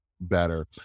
better